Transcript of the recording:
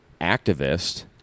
activist